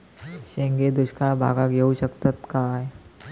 शेंगे दुष्काळ भागाक येऊ शकतत काय?